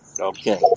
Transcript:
Okay